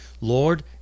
Lord